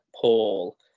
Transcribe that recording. Paul